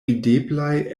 videblaj